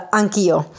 anch'io